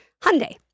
Hyundai